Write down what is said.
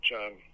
John